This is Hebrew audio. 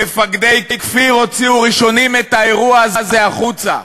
מפקדי "כפיר" הוציאו ראשונים את האירוע הזה החוצה.